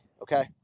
okay